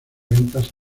ventas